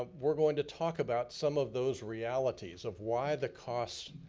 ah we're going to talk about some of those realities of why the costs,